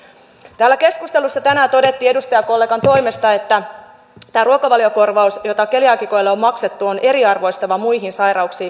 täällä keskustelussa tänään todettiin edustajakollegan toimesta että tämä ruokavaliokorvaus jota keliaakikoille on maksettu on eriarvoistava muihin sairauksiin verrattuna